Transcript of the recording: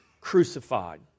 crucified